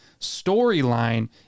storyline